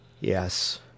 Yes